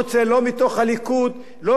לא מתוך השותפים הקואליציוניים,